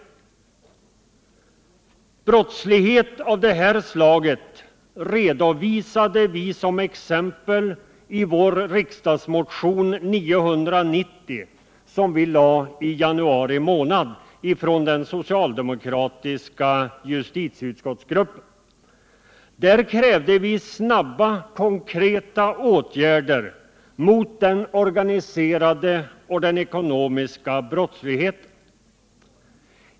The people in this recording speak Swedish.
Brottslighet av det här slaget redovisade vi som exempel i vår riksdagsmotion 990 som väcktes i januari av den socialdemokratiska justitieutskottsgruppen. Vi krävde snabba, konkreta åtgärder mot den organiserade och den ekonomiska brottsligheten.